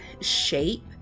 shape